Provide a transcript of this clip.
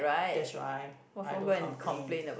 that's right I don't complain